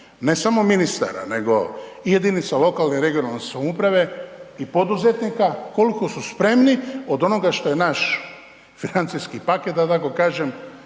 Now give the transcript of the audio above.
ne samo ministara nego i jedinica lokalne i regionalne samouprave i poduzetnika koliko su spremni od onoga što je naš financijski paket da tako kažem